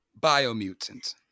Biomutant